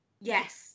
Yes